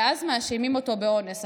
ואז מאשימים אותו באונס".